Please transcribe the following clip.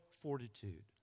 fortitude